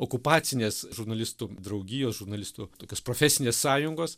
okupacinės žurnalistų draugijos žurnalistų tokios profesinės sąjungos